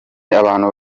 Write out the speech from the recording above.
abantu